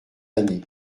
années